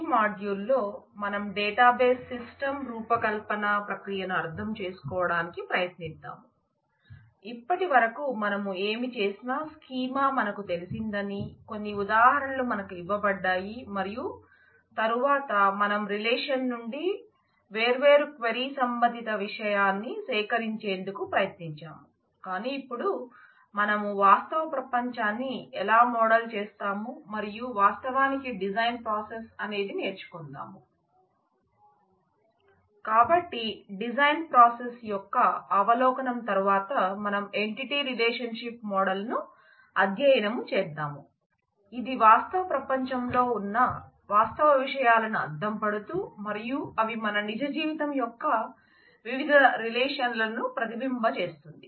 ఈ మాడ్యూల్లో మనం డేటాబేస్ సిస్టమ్స్ రూపకల్పన అనేది నేర్చుకుందాం కాబట్టి డిజైన్ ప్రాసెస్ యొక్క అవలోకనం తరువాత మనం ఎంటిటీ రిలేషన్షిప్ మోడల్లను ప్రతిబింబ చేస్తుంది